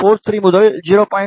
43 முதல் 0